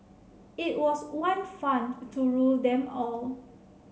it was the one fund to rule them all